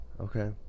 Okay